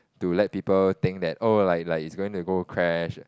to let people think that oh like like it's gonna go crash